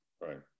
Right